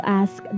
ask